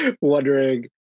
wondering